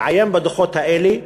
לעיין בדוחות האלה,